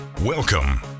Welcome